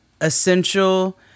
essential